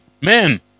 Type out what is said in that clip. Men